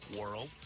world